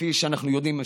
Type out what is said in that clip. כפי שאנחנו יודעים,